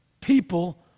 people